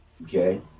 Okay